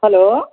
hello